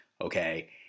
Okay